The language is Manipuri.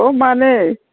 ꯑꯣ ꯃꯥꯟꯅꯦ